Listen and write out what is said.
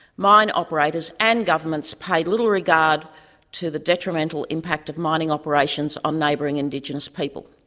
mine operators and governments paid little regard to the detrimental impact of mining operations on neighbouring indigenous people.